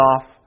off